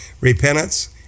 Repentance